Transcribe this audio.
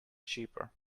cheaper